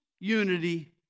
unity